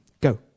Go